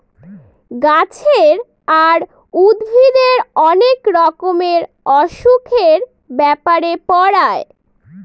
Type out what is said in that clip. গাছের আর উদ্ভিদের অনেক রকমের অসুখের ব্যাপারে পড়ায়